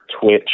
Twitch